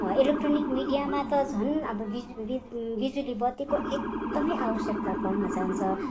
electronic मिडियामा त झन् अब बिजुली बिजुली बत्तीको एकदमै आवश्यकता पर्न जान्छ